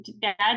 Dad